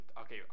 okay